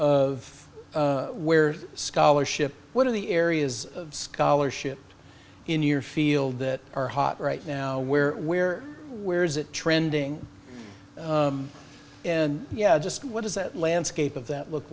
of where scholarship what are the areas of scholarship in your field that are hot right now where where where is it trending and yeah just what does that landscape of that look